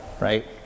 right